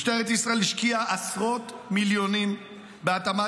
משטרת ישראל השקיעה עשרות מיליונים בהתאמת